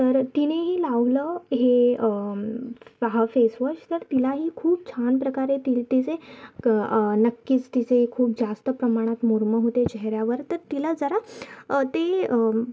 तर तिनेही लावलं हे हा फेसवॉश तर तिलाही खूप छान प्रकारे तिला तिचे नक्कीच तिचे खूप जास्त प्रमाणात मुरुमं होते चेहऱ्यावर तर तिला जरा ते